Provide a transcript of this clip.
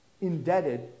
indebted